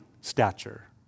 stature